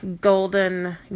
golden